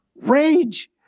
rage